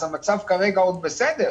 אז המצב כרגע עוד בסדר